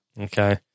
Okay